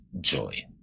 joy